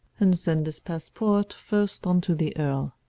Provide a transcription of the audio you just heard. and send this passport first unto the earl,